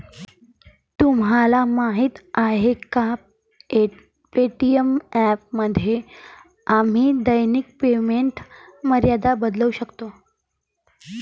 तुम्हाला माहीत आहे का पे.टी.एम ॲपमध्ये आम्ही दैनिक पेमेंट मर्यादा बदलू शकतो?